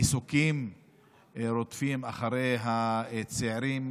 מסוקים רודפים אחרי הצעירים